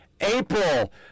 April